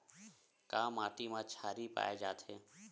का माटी मा क्षारीय पाए जाथे?